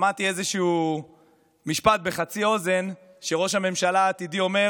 שמעתי איזשהו משפט בחצי אוזן שראש הממשלה העתידי אומר: